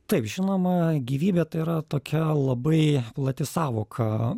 taip žinoma gyvybė tai yra tokia labai plati sąvoka